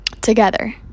together